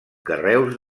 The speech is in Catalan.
carreus